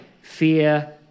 fear